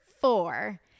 four